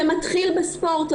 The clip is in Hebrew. זה מתחיל בספורט,